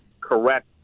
correct